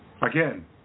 Again